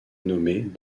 nommés